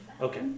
Okay